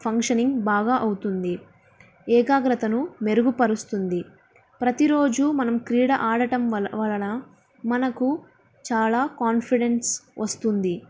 functioning బాగా అవుతుంది ఏకాగ్రతను మెరుగుపరుస్తుంది ప్రతిరోజు మనం క్రీడ ఆడటం వల వలన మనకు చాలా కాన్ఫిడెన్స్ వస్తుంది